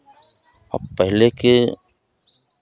पहले के